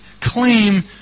claim